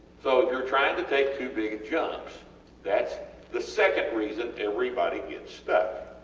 so if youre trying to take too big a jumps thats the second reason everybody gets stuck.